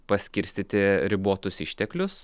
paskirstyti ribotus išteklius